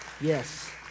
Yes